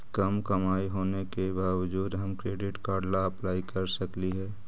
कम कमाई होने के बाबजूद हम क्रेडिट कार्ड ला अप्लाई कर सकली हे?